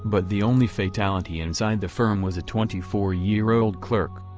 but the only fatality inside the firm was a twenty four year old clerk.